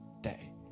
day